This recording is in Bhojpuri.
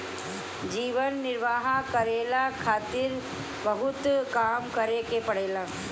जीवन निर्वाह कईला खारित बहुते काम करे के पड़ेला